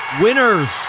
winners